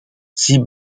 sie